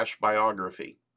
biography